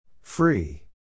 Free